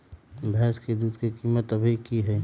भैंस के दूध के कीमत अभी की हई?